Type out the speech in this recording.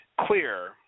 clear